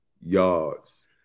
yards